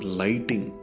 lighting